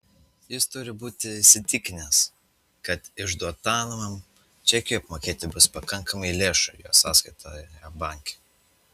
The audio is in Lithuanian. jis turi būti įsitikinęs kad išduodamam čekiui apmokėti bus pakankamai lėšų jo sąskaitoje banke